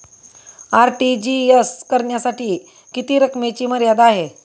RTGS करण्यासाठी किती रकमेची मर्यादा आहे?